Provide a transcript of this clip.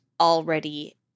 already